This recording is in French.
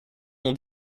mon